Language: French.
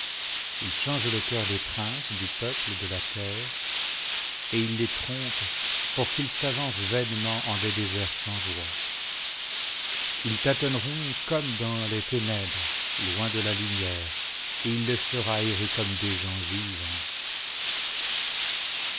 il change le cœur des princes du peuple de la terre et il les trompe pour qu'ils s'avancent vainement en des dései'ts sans voix ils tâtonneront comme dans les j ténèbres loin de la lumière et il les fera errer comme des gens ivres